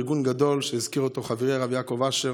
ארגון גדול שהזכיר אותו חברי יעקב אשר,